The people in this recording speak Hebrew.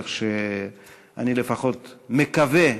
כך שאני לפחות מקווה